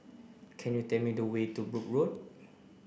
can you tell me the way to Brooke Road